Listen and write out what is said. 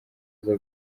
aza